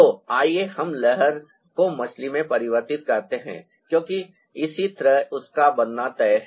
तो आइए हम लहर को मछली में परिवर्तित करते हैं क्योंकि इसी तरह उसका बनना तय है